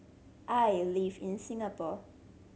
I live in Singapore